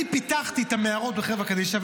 אני פיתחתי את המערות בחברה קדישא,